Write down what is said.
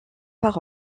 par